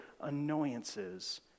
annoyances